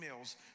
emails